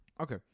Okay